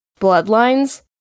bloodlines